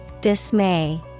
Dismay